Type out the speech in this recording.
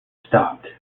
stopped